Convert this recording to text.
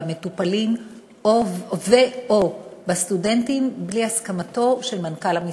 במטופלים או בסטודנטים בלי הסכמתו של מנכ"ל המשרד.